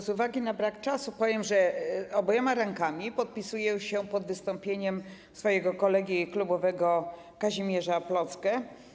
Z uwagi na brak czasu powiem, że obiema rękami podpisuję się pod wystąpieniem swojego kolegi klubowego Kazimierza Plocke.